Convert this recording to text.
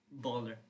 baller